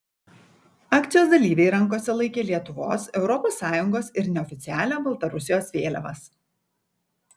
akcijos dalyviai rankose laikė lietuvos europos sąjungos ir neoficialią baltarusijos vėliavas